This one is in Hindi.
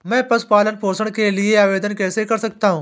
मैं पशु पालन पोषण के लिए आवेदन कैसे कर सकता हूँ?